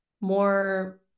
more